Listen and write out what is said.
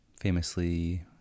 Famously